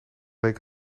leek